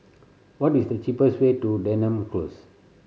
what is the cheapest way to Denham Close